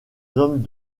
hommes